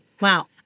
Wow